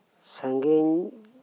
ᱥᱟᱺᱜᱤᱧ